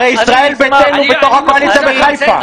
הרי ישראל ביתנו בתוך הקואליציה בחיפה.